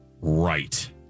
right